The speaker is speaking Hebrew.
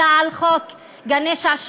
אלא על חוק גני-שעשועים,